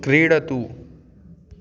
क्रीडतु